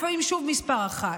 לפעמים שוב מס' אחת.